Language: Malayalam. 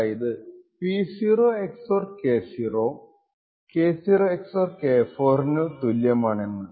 അതായത് P0 XOR K0 K0 XOR K4 നു തുല്യമാണെന്ന്